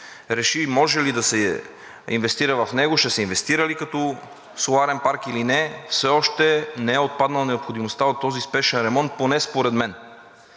реши може ли да се инвестира, ще се инвестира ли като соларен парк, все още не е отпаднала необходимостта от този спешен ремонт, поне според мен.